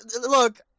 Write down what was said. Look